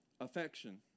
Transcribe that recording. affection